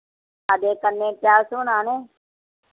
हां ते कन्नै टाप्स बनाने